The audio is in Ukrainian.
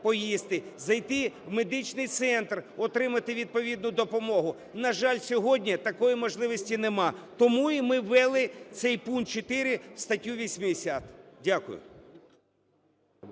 зайти в медичний центр, отримати відповідну допомогу. На жаль, сьогодні такої можливості нема. Тому ми і ввели цей пункт 4 в статтю 80. Дякую.